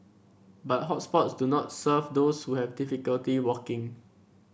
but hot spots do not serve those who have difficulty walking